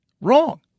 Wrong